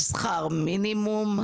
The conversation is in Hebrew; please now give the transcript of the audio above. שכר מינימום,